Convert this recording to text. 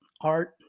art